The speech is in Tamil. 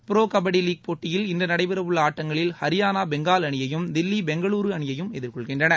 புரோ கபடி லீக் போட்டியில் இன்று நடைபெறவுள்ள ஆட்டங்களில் ஹரியானா பெங்கால் அணியையும் தில்லி பெங்களுரு அணியையும் எதிர்கொள்கின்றன